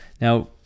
Now